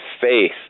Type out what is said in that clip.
faith